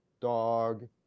dog